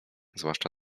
zwłaszcza